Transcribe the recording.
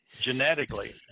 genetically